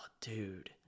dude